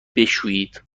بشویید